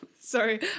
Sorry